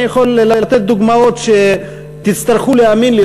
אני יכול לתת דוגמאות שתצטרכו להאמין לי,